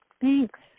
Thanks